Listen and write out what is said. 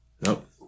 nope